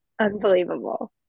Unbelievable